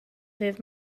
ddydd